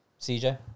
CJ